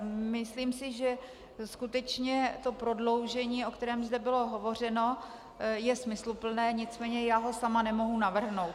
Myslím, že skutečně to prodloužení, o kterém zde bylo hovořeno, je smysluplné, nicméně já ho sama nemohu navrhnout.